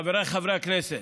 חבריי חברי הכנסת,